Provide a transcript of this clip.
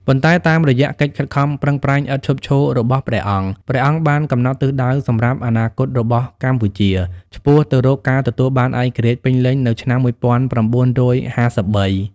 ប៉ុន្តែតាមរយៈកិច្ចខិតខំប្រឹងប្រែងឥតឈប់ឈររបស់ព្រះអង្គ ព្រះអង្គបានកំណត់ទិសដៅសម្រាប់អនាគតរបស់កម្ពុជា ឆ្ពោះទៅរកការទទួលបានឯករាជ្យពេញលេញនៅឆ្នាំ១៩៥៣។